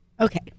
Okay